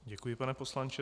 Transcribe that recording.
Děkuji, pane poslanče.